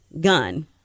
gun